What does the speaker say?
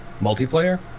Multiplayer